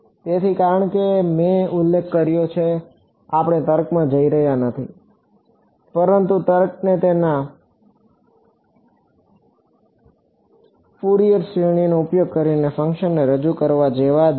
તેથી કારણ જેમ મેં ઉલ્લેખ કર્યો છે આપણે તર્કમાં નથી જઈ રહ્યા પરંતુ તર્ક તેના ફ્યુરિયર શ્રેણીનો ઉપયોગ કરીને ફંક્શનને રજૂ કરવા જેવા જ છે